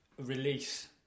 release